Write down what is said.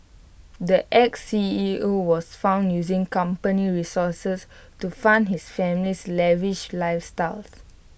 the Ex C E O was found using company resources to fund his family's lavish lifestyles